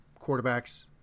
quarterbacks